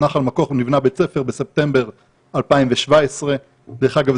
בנחל מכוך נבנה בית ספר בספטמבר 2017. דרך אגב,